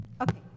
Okay